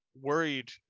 worried